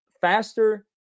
faster